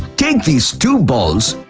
take these two balls,